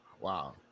Wow